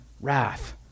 wrath